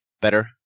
better